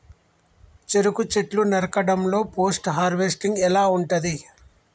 చెరుకు చెట్లు నరకడం లో పోస్ట్ హార్వెస్టింగ్ ఎలా ఉంటది?